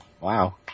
Wow